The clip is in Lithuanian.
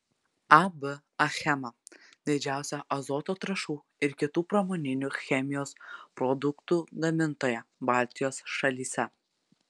ab achema didžiausia azoto trąšų ir kitų pramoninių chemijos produktų gamintoja baltijos šalyse